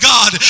God